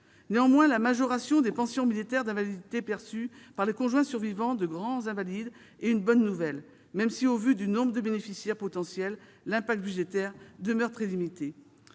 La majoration des pensions militaires d'invalidité perçues par les conjoints survivants de grands invalides constitue une bonne nouvelle, même si, eu égard au nombre de bénéficiaires potentiels, l'impact budgétaire demeure très limité.